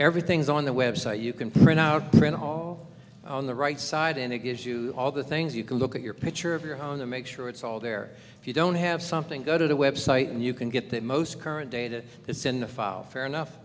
everything's on the website you can print out on the right side and it gives you all the things you can look at your picture of your own to make sure it's all there if you don't have something go to the website and you can get that most current data it's in a file fair enough